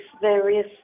various